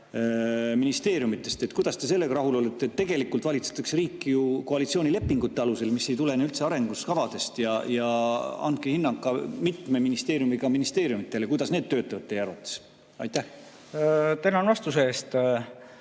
ministeeriumidest. Kuidas te sellega rahul olete? Tegelikult valitsetakse riiki ju koalitsioonilepingute alusel, mis ei tulene üldse arengukavadest. Andke hinnang ka mitme ministeeriumiga ministeeriumidele. Kuidas need töötavad teie arvates? Aitäh! Seda ma arvasin